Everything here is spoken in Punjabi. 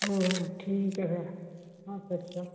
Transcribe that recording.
ਹਾਂ ਹਾਂ ਠੀਕ ਹੈ ਫਿਰ ਅੱਛਾ ਅੱਛਾ